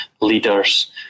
leaders